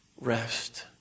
rest